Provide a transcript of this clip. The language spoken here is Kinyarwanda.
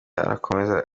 arakomeza